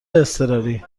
اضطراری